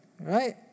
right